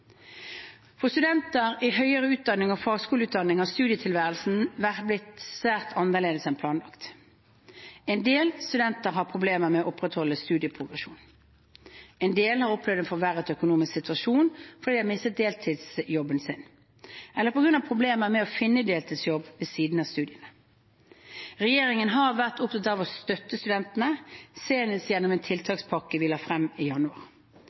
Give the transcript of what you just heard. For studenter i høyere utdanning og fagskoleutdanning har studietilværelsen blitt svært annerledes enn planlagt. En del studenter har problemer med å opprettholde studieprogresjonen. En del har opplevd en forverret økonomisk situasjon fordi de har mistet deltidsjobben sin eller på grunn av problemer med å finne deltidsjobb ved siden av studiene. Regjeringen har vært opptatt av å støtte studentene, senest gjennom en tiltakspakke som vi la frem i januar.